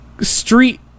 street